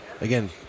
again